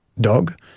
dog